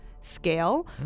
scale